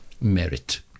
merit